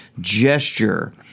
gesture